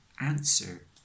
answer